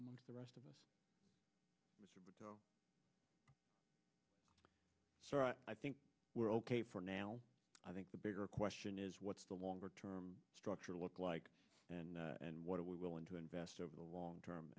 the rest of us so i think we're ok for now i think the bigger question is what's the longer term structure look like and and what are we willing to invest over the long term